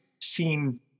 seen